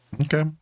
Okay